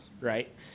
right